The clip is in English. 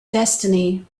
destiny